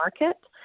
market